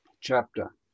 chapter